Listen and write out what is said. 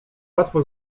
łatwo